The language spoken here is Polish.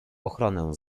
ochronę